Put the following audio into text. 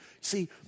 See